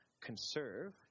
conserve